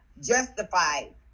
justified